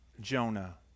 Jonah